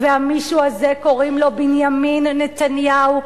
והמישהו הזה קוראים לו בנימין נתניהו,